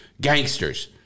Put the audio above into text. gangsters